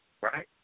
Right